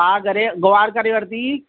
पाव करे ग्वार करे वरिती